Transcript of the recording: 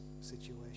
situation